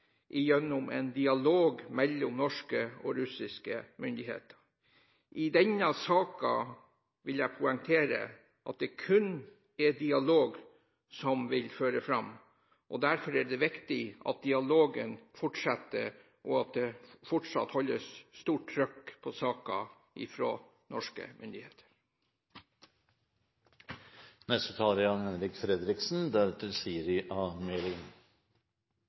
gjennom en dialog mellom norske og russiske myndigheter. I denne saken vil jeg poengtere at det kun er dialog som vil føre fram. Derfor er det viktig at dialogen fortsetter og at det fortsatt holdes stort trykk på saken fra norske